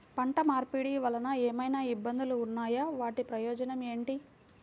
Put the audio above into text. పంట మార్పిడి వలన ఏమయినా ఇబ్బందులు ఉన్నాయా వాటి ప్రయోజనం ఏంటి?